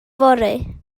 fory